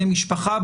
בדיקות,